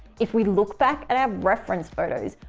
if we look back at our reference photos.